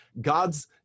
God's